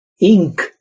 ink